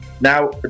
Now